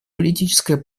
политическое